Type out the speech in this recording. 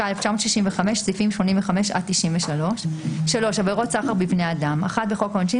התשכ"א-1965 - סעיפים 85 עד 93. עבירות סחר בבני אדם בחוק העונשין,